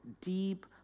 deep